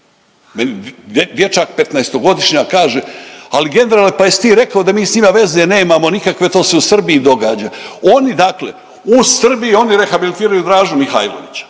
dječak 15-togodišnjak kaže ali generale pa jesi ti rekao da mi s njima veze nemamo nikakve to se u Srbiji događa. Oni dakle, u Srbiji oni rehabilitiraju Dražu Mihajlovića,